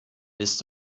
willst